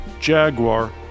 Jaguar